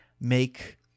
make